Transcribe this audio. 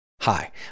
Hi